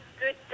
good